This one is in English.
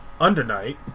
Undernight